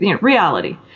reality